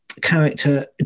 character